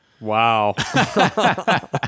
Wow